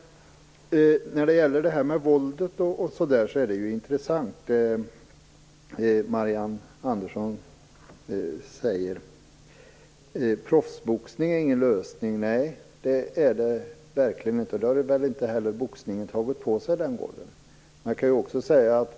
Det Marianne Andersson säger när det gäller våldet är ju intressant. Proffsboxning är ingen lösning; nej det är det verkligen inte. Den rollen har inte heller boxningen tagit på sig.